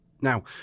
Now